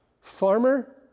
Farmer